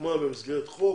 הוקמה במסגרת חוק?